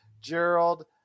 Gerald